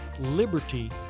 liberty